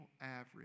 average